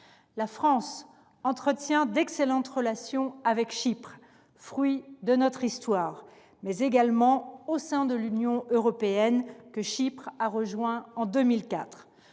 La France entretient d’excellentes relations bilatérales avec Chypre, fruit de notre histoire, mais aussi au sein de l’Union européenne, que ce pays a rejointe en 2004.